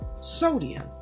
sodium